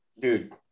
dude